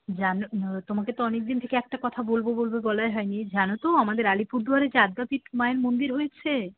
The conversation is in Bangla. জানো তোমাকে তো অনেকদিন থেকে একটা কথা বলবো বলবো বলাই হয় নি জানো তো আমাদের আলিপুরদুয়ারে যে আদ্যাপীঠ মায়ের মন্দির হয়েছে